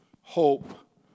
hope